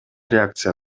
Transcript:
реакция